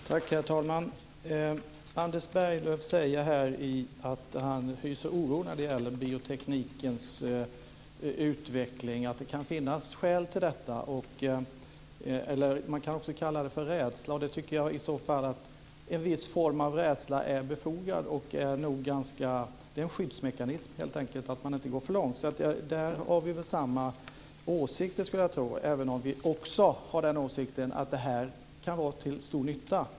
Herr talman! Anders Berglöv säger att han hyser oro för bioteknikens utveckling och att det kan finnas skäl till detta. Man kan också kalla det för rädsla, och jag tycker att en viss form av rädsla är befogad. Det är helt enkelt en skyddsmekanism för att man inte ska gå för långt. Här har vi samma åsikter, skulle jag tro, även om vi också har åsikten att biotekniken kan vara till stor nytta.